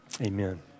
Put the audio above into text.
amen